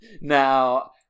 Now